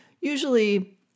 usually